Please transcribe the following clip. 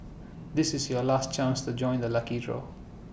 this is your last chance to join the lucky draw